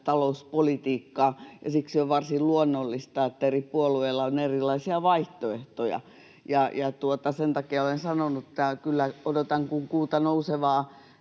talouspolitiikkaa, ja siksi on varsin luonnollista, että eri puolueilla on erilaisia vaihtoehtoja. Sen takia olen sanonut täällä kyllä, että odotan kuin kuuta nousevaa